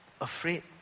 afraid